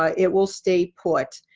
ah it will stay put.